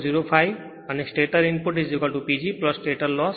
05 અને stator input P G stator loss